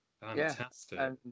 Fantastic